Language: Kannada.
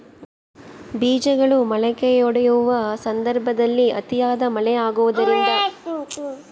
ಬೇಜಗಳು ಮೊಳಕೆಯೊಡೆಯುವ ಸಂದರ್ಭದಲ್ಲಿ ಅತಿಯಾದ ಮಳೆ ಆಗುವುದರಿಂದ ಬೆಳವಣಿಗೆಯು ಕುಂಠಿತವಾಗುವುದೆ?